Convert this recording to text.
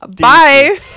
Bye